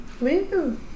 Woo